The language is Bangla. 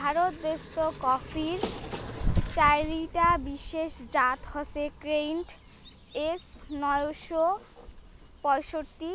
ভারত দেশ্ত কফির চাইরটা বিশেষ জাত হসে কেন্ট, এস নয়শো পঁয়ষট্টি,